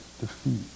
defeat